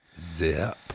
Zip